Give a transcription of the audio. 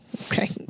Okay